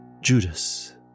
Judas